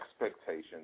expectations